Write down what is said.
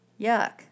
Yuck